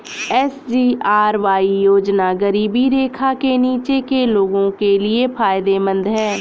SGRY योजना गरीबी रेखा से नीचे के लोगों के लिए फायदेमंद है